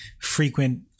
frequent